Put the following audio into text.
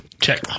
Check